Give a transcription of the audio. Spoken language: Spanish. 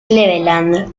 cleveland